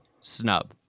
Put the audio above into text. snub